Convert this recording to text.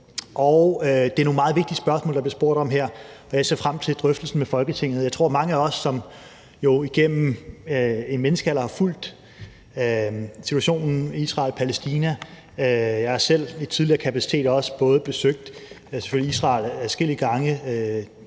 Det er nogle meget vigtige spørgsmål, der bliver stillet her, og jeg ser frem til drøftelsen med Folketinget. Jeg tror, at mange af os igennem en menneskealder har fulgt Israel-Palæstina-situationen, og jeg har selv i en tidligere kapacitet selvfølgelig besøgt Israel adskillige gange,